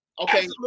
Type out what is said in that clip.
Okay